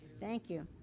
thank you.